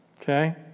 Okay